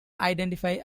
identify